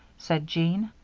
said jean.